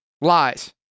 lies